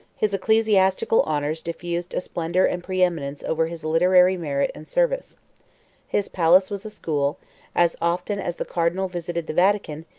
his ecclesiastical honors diffused a splendor and preeminence over his literary merit and service his palace was a school as often as the cardinal visited the vatican,